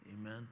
Amen